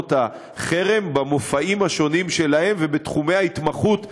ניסיונות החרם במופעים השונים שלהם ובתחומי ההתמחות השונים.